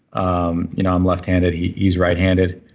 um you know i'm left handed. he's right handed.